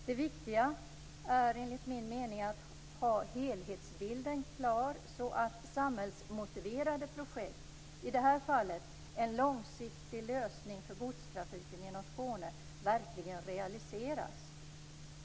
Det viktiga är enligt min mening att ha helhetsbilden klar, så att samhällsmotiverade projekt, i det här fallet en långsiktig lösning för godstrafiken genom Skåne, verkligen realiseras.